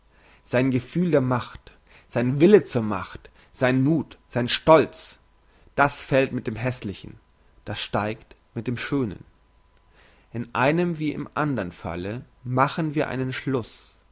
sein gefühl der macht sein wille zur macht sein muth sein stolz das fällt mit dem hässlichen das steigt mit dem schönen im einen wie im andern falle machen wir einen schluss